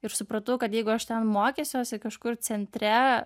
ir supratau kad jeigu aš ten mokysiuosi kažkur centre